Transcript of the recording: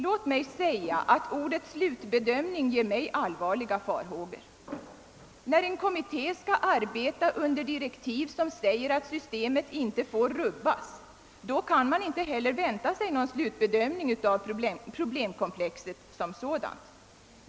Låt mig säga att ordet slutbedömning inger mig allvarliga farhågor. När en kommitté skall arbeta under direktiv som innebär att själva systemet inte får rubbas, då kan man inte vänta sig någon slutbedömning av problemkomplexet som sådant.